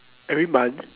every month